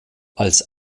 als